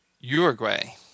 Uruguay